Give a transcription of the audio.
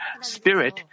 spirit